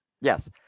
Yes